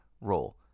role